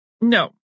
No